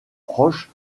proches